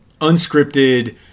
unscripted